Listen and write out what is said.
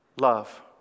love